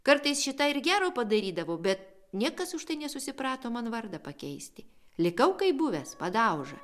kartais šį tą ir gero padarydavau bet niekas už tai nesusiprato man vardą pakeisti likau kaip buvęs padauža